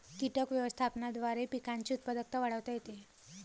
कीटक व्यवस्थापनाद्वारे पिकांची उत्पादकता वाढवता येते